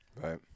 Right